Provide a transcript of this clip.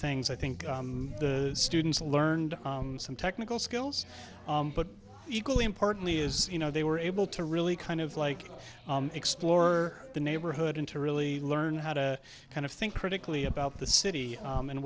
things i think the students learned some technical skills but equally importantly is you know they were able to really kind of like explore the neighborhood and to really learn how to kind of think critically about the city